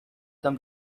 them